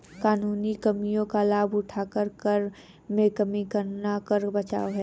कानूनी कमियों का लाभ उठाकर कर में कमी करना कर बचाव है